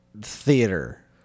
theater